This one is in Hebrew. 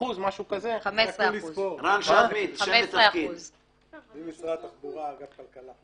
15%. שם יש 15%. שם